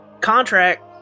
contract